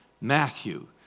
Matthew